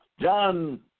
John